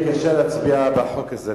יהיה לי קשה להצביע בחוק הזה,